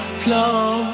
flow